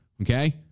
okay